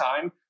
time